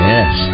Yes